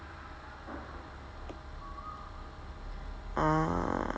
ah